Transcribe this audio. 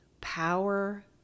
power